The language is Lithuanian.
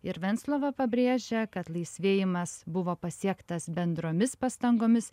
ir venclova pabrėžė kad laisvėjimas buvo pasiektas bendromis pastangomis